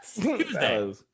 Tuesday